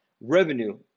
Revenue